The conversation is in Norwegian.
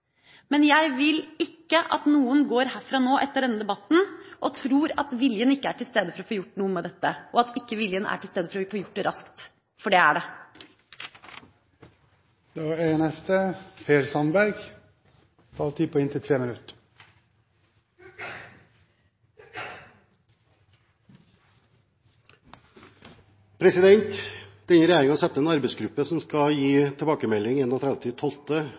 Men jeg vil ikke at noen går herfra nå etter denne debatten og tror at viljen ikke er til stede for å få gjort noe med dette, og at ikke viljen er til stede for å få gjort det raskt. For det er den. Denne regjeringen setter ned en arbeidsgruppe som skal gi tilbakemelding 31. desember 2013. Det er over ett år fram i